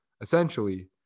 Essentially